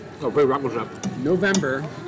November